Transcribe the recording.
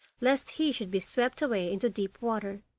lest he should be swept away into deep water.